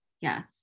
yes